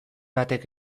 batek